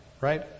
right